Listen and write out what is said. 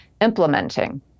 implementing